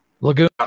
lagoon